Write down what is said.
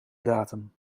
datum